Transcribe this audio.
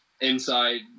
Inside